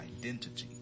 identity